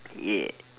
ya